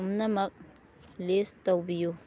ꯄꯨꯝꯅꯃꯛ ꯂꯤꯁ ꯇꯧꯕꯤꯎ